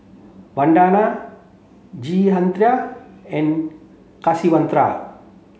Vandana Jehangirr and Kasiviswanathan